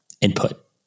input